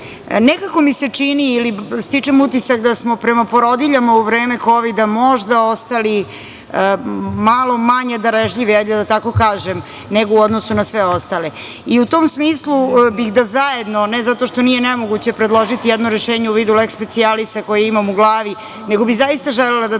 nekako mi se čini, stičem utisak da smo prema porodiljama u vreme kovida možda ostali malo manje darežljivi, da tako kažem, nego u odnosu na sve ostale. I u tom smislu bih da zajedno, ne zato što nije nemoguće predložiti jedno rešenje u vidu leks specijalisa, koji imam u glavi, nego bih zaista želela da to